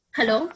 Hello